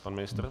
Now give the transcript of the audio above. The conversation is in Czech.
Pan ministr?